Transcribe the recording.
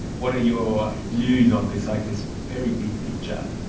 what are your views on this i guess very big picture?